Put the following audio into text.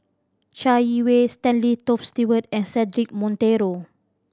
Chai Yee Wei Stanley Toft Stewart and Cedric Monteiro